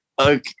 okay